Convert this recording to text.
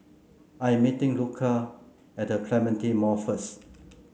I am meeting Luca at The Clementi Mall first